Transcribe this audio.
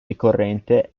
ricorrente